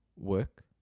work